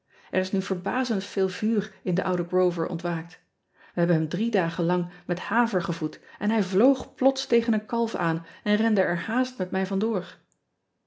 r is nu verbazend veel vuur in den ouden rover ontwaakt e hebben hem drie dagen lang met haver gevoed en hij vloog plots tegen een kalf aan en rende er haast met mij van